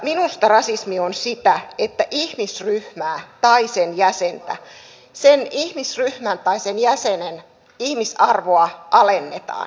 minusta rasismi on sitä että ihmisryhmän tai sen jäsenen ihmisarvoa alennetaan